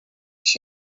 ich